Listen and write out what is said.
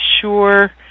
sure